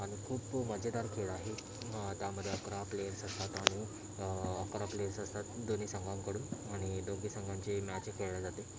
आणि खूप मजेदार खेळ आहे मग आता मध्ये अकरा प्लेयर्स असताना आणि अकरा प्लेयर्स असतात दोन्ही संघांकडून आणि दोघी संघांचे मॅचही खेळली जाते